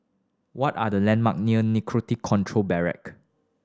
what are the landmarks near Narcotics Control Bureau